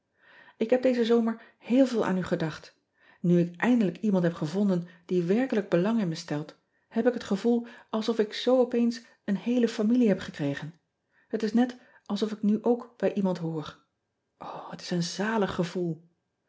k heb dezen zomer heel veel aan u gedacht u ik eindelijk iemand heb gevonden die werkelijk belang in me stelt heb ik het gevoel alsof ik zoo opeens een heele familie heb gekregen het is net alsof ik nu ook bij iemand hoor het is een zalig gevoel